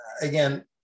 again